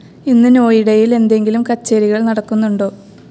ഇന്ന് നോയിഡയിൽ എന്തെങ്കിലും കച്ചേരികൾ നടക്കുന്നുണ്ടോ